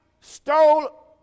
stole